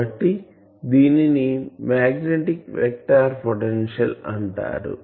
కాబట్టి దీనిని magnetic vector potential అంటారు